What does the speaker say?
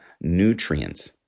nutrients